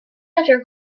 after